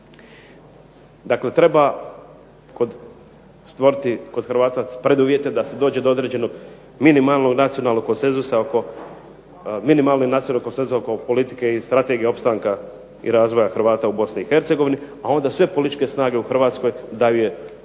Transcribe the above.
Dakle, treba stvoriti kod Hrvata preduvjete da se dođe do određenog minimalnog nacionalnog konsenzusa oko politike i strategije opstanka i razvoja Hrvata u BiH, a onda sve političke snage u Hrvatskoj daju